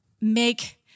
make